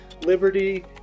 liberty